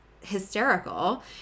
hysterical